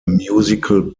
musical